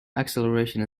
acceleration